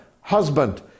husband